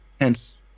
Hence